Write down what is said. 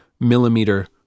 millimeter